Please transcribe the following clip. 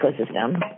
ecosystem